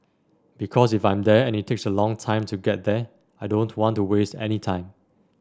because if I'm there and it takes a long time to get there I don't want to waste any time